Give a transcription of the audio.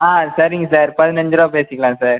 ஆ சரிங்க சார் பதினைந்து ரூபா பேசிக்கலாம் சார்